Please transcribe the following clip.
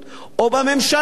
או בממשלה?